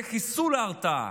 זה חיסול ההרתעה.